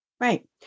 right